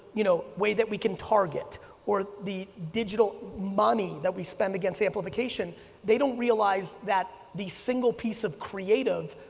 you know, way that we can target or the digital money that we spend against amplification they don't realize that the single piece of creative,